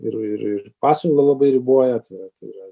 ir ir ir pasiūlą labai riboja tai yra tai yra